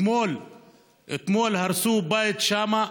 אתמול הרסו בית שם.